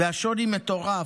והשוני מטורף.